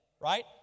right